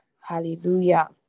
Hallelujah